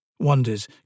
Wonders